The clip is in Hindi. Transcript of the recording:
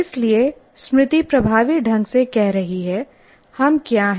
इसलिए स्मृति प्रभावी ढंग से कह रही है हम क्या हैं